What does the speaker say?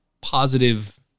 positive